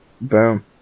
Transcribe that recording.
Boom